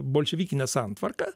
bolševikinę santvarką